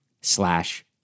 slash